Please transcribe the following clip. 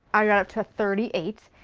i got up to thirty eight,